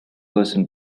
person